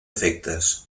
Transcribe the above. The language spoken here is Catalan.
efectes